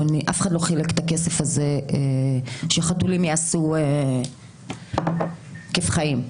אף אחד לא חילק את הכסף הזה כדי שחתולים יעשו כיף חיים.